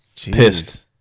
Pissed